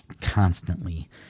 constantly